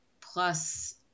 plus